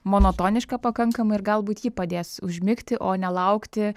monotoniška pakankamai ir galbūt ji padės užmigti o nelaukti